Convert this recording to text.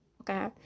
okay